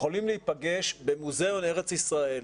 הם יכולים להיפגש במוזיאון ארץ ישראל,